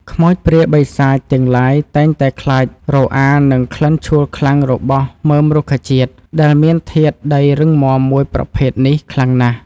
ខ្មោចព្រាយបិសាចទាំងឡាយតែងតែខ្លាចរអានឹងក្លិនឆួលខ្លាំងរបស់មើមរុក្ខជាតិដែលមានធាតុដីរឹងមាំមួយប្រភេទនេះខ្លាំងណាស់។